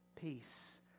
peace